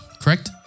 correct